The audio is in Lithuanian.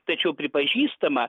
tačiau pripažįstama